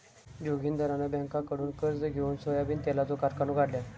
जोगिंदरान बँककडुन कर्ज घेउन सोयाबीन तेलाचो कारखानो काढल्यान